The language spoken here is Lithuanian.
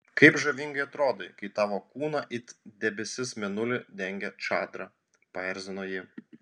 kaip žavingai atrodai kai tavo kūną it debesis mėnulį dengia čadra paerzino ji